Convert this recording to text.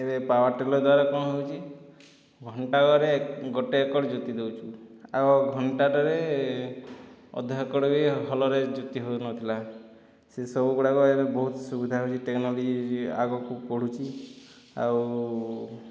ଏବେ ପାୱାରଟେଲର ଦ୍ଵାରା କଣ ହେଉଛି ଘଣ୍ଟାକରେ ଗୋଟିଏ ଏକର ଯୋତି ଦେଉଛୁ ଆଉ ଘଣ୍ଟାଟାରେ ଅଧା ଏକଡ଼ ବି ଭଲରେ ଯୁତି ହେଉ ନଥିଲା ସେ ସବୁ ଗୁଡ଼ାକ ଏବେ ବହୁତ ସୁବିଧା ହେଉଛି ଟେକ୍ନୋଲୋଜି ଆଗକୁ ବଢ଼ୁଛି ଆଉ